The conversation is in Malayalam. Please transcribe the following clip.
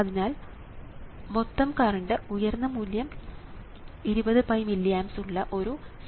അതിനാൽ മൊത്തം കറണ്ട് ഉയർന്ന മൂല്യം 20𝜋 മില്ലി ആംപ്സ് ഉള്ള ഒരു സൈനുസോയിടൽ ആണ്